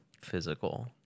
physical